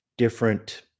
different